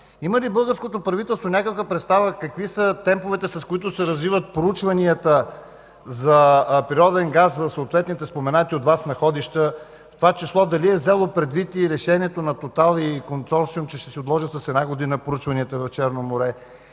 Има ли българското правителство някаква представа какви са темповете, с които се развиват проучванията за природен газ в споменатите от Вас находища? В това число, дали е взело предвид решението на „Тотал” и консорциум, че ще отложат с една година проучванията си в Черно море?